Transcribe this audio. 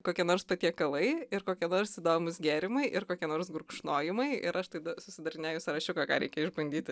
kokie nors patiekalai ir kokie nors įdomūs gėrimai ir kokie nors gurkšnojimai ir aš tada susidarinėju sąrašiuką ką reikia išbandyti ir